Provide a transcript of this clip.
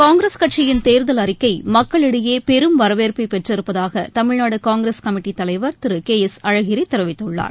காங்கிரஸ் கட்சியின் தேர்தல் அறிக்கை மக்களிடையே பெரும் வரவேற்பை பெற்றிருப்பதாக தமிழ்நாடு காங்கிரஸ் கமிட்டித் தலைவர் திரு கே எஸ் அழகிரி தெரிவித்துள்ளார்